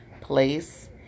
place